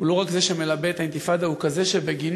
יש עמדה נוספת של חבר